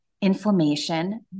inflammation